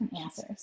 answers